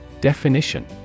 Definition